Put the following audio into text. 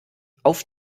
auf